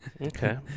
Okay